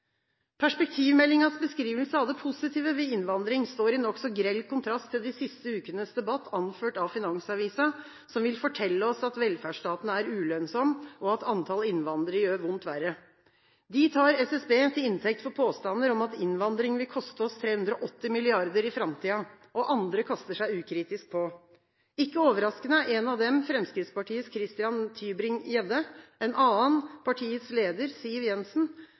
beskrivelse av det positive ved innvandring står i nokså grell kontrast til de siste ukenes debatt, anført av Finansavisen, som vil fortelle oss at velferdsstaten er ulønnsom, og at antall innvandrere gjør vondt verre. De tar SSB til inntekt for påstander om at innvandring vil koste oss 380 mrd. kr i framtiden, og andre kaster seg ukritisk på. Ikke overraskende er én av dem Fremskrittspartiets Christian Tybring-Gjedde, en annen partiets leder, Siv Jensen,